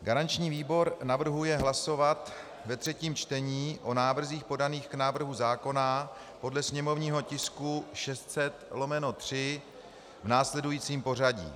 Garanční výbor navrhuje hlasovat ve třetím čtení o návrzích podaných k návrhu zákona podle sněmovního tisku 600/3 v následujícím pořadí: